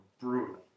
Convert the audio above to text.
brutal